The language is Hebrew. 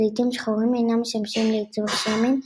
זיתים שחורים אינם משמשים לייצור שמן,